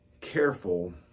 careful